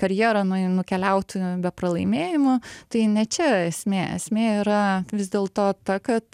karjerą nukeliautumėm be pralaimėjimų tai ne čia esmė esmė yra vis dėlto ta kad